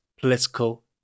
political